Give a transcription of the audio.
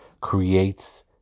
creates